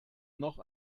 noch